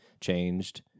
changed